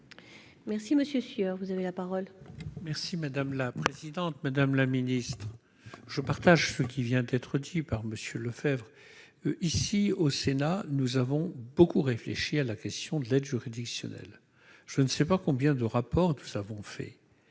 monsieur Sueur, vous avez la parole. Merci madame la présidente, madame la Ministre, je partage ce qui vient d'être dit par monsieur Lefebvre, ici au Sénat, nous avons beaucoup réfléchi à la question de l'aide juridictionnelle, je ne sais pas combien de rapports savons fait